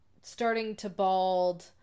starting-to-bald